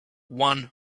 one